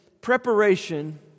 preparation